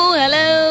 hello